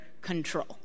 control